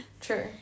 true